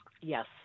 Yes